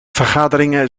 vergaderingen